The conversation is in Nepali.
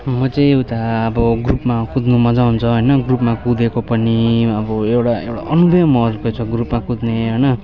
म चाहिँ उता अब ग्रुपमा कुद्नु मज्जा आउँछ होइन ग्रुपमा कुदेको पनि अब एउटा अलग्गै महत्त्व छ ग्रुपमा कुद्ने होइन